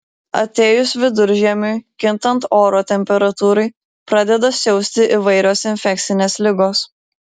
atėjus viduržiemiui kintant oro temperatūrai pradeda siausti įvairios infekcinės ligos